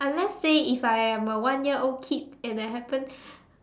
unless say if I am a one year old kid and I happen